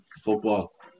football